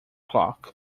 clock